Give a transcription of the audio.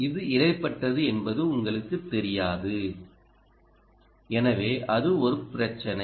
இது இடைப்பட்டது என்பது உங்களுக்குத் தெரியாது எனவே அது ஒரு பிரச்சினை